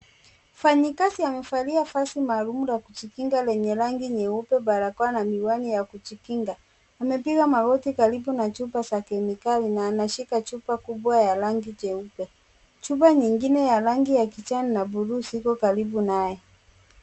Mfanyikazi amevalia vazi maalum la kujikinga lenye rangi nyeupe, barakoa na miwani ya kujikinga. Amepiga magoti karibu na chupa za kemikali na ameshika chupa kubwa ya rangi jeupe. Chupa ingine ya rangi ya kijani na buluu ziko karibu nayo.